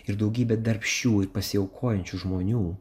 ir daugybė darbščių ir pasiaukojančių žmonių